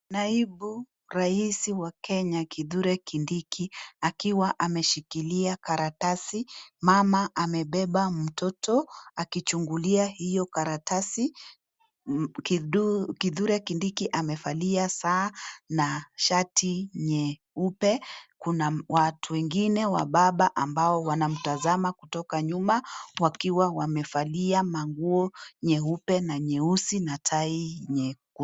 Naibu raisi wa Kenya Kithure Kindiki akiwa ameshikilia karatasi mama amebeba mtoto akichungulia hiyo karatasi, Kithure Kindiki amevalia saa na shati nyeupe kuna watu wengine wababa ambao wanamtazama kutoka nyuma wakiwa wamevalia manguo nyeupe na nyeusi na tai nyeku...